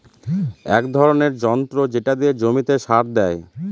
এক ধরনের যন্ত্র যেটা দিয়ে জমিতে সার দেয়